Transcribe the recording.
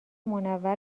منور